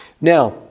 Now